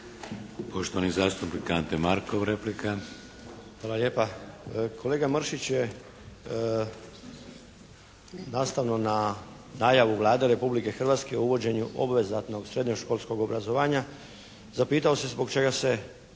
Poštovani zastupnik Ante Markov replika. **Markov, Ante (HSS)** Hvala lijepa. Kolega Mršić je nastavno na najavu Vlade Republike Hrvatske o uvođenju obvezatnog srednjoškolskog obrazovanja zapitao se zbog čega se,